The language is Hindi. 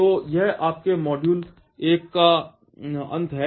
तो यह आपके मॉड्यूल 1 का अंत है